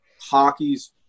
hockey's